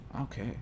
okay